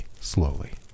slowly